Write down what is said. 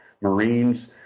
Marines